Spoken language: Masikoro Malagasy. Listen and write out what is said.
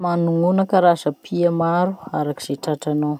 Manognona karaza-pia maro araky ze tratranao?